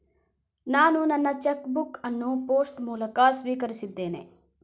ನಾನು ನನ್ನ cheque book ಅನ್ನು ಪೋಸ್ಟ್ ಮೂಲಕ ಸ್ವೀಕರಿಸಿದ್ದೇನೆ